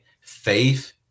faith